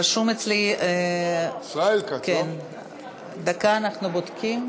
רשום אצלי, דקה, אנחנו בודקים.